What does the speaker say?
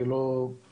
אני לא יודע.